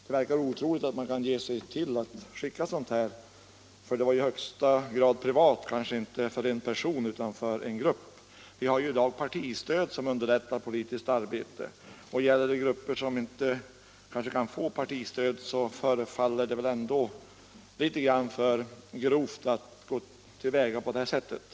Det verkar otroligt att man kan ge sig till att skicka sådant i tjänstebrev, för det var i högsta grad privat — kanske inte för en person men för en grupp. Det finns ju numera partistöd som underlättar politiskt arbete. Gäller det grupper som inte kan få partistöd förefaller det ändå litet för grovt att gå till väga på det här sättet.